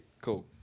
Cool